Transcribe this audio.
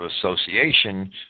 association